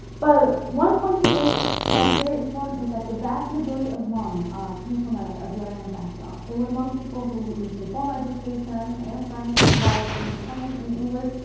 but one point to make that's very important is that the vast majority of hmong came from an agrarian background. they were hmong people who received formal education in france, as well as being trained in english,